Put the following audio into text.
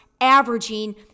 averaging